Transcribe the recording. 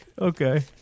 okay